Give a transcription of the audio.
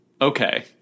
okay